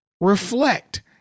reflect